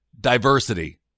Diversity